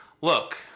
look